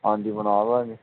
ਹਾਂਜੀ ਬਣਾ ਦਾਂਗੇ